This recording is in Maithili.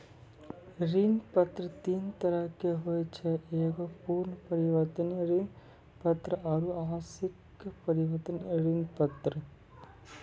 ऋण पत्र तीन तरहो के होय छै एगो पूर्ण परिवर्तनीय ऋण पत्र आरु आंशिक परिवर्तनीय ऋण पत्र